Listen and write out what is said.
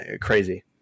Crazy